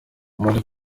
muri